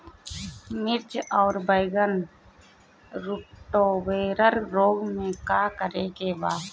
मिर्च आउर बैगन रुटबोरर रोग में का करे के बा?